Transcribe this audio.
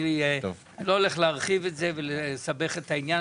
אני לא הולך להרחיב את זה ולסבך את העניין,